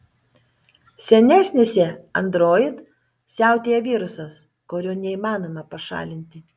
senesnėse android siautėja virusas kurio neįmanoma pašalinti